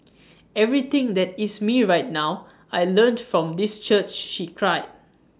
everything that is me right now I learnt from this church she cried